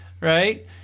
right